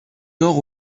nord